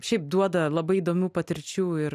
šiaip duoda labai įdomių patirčių ir